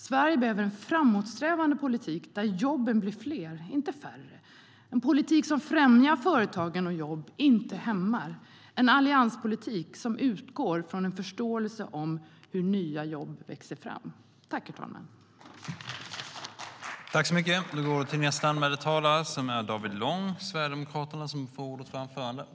Sverige behöver en framåtsträvande politik där jobben blir fler och inte färre, en politik som främjar företagande och jobb och inte hämmar, en allianspolitik som utgår från en förståelse av hur nya jobb växer fram.